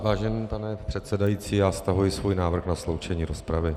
Vážený pane předsedající, já stahuji svůj návrh na sloučení rozpravy.